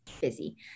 busy